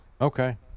Okay